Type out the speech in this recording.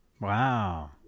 Wow